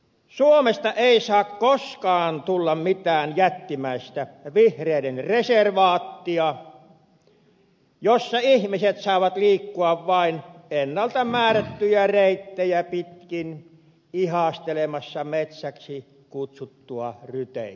suomesta ei saa koskaan tulla mitään jättimäistä vihreiden reservaattia jossa ihmiset saavat liikkua vain ennalta määrättyjä reittejä pitkin ihastelemassa metsäksi kutsuttua ryteikköä